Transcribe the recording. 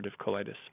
colitis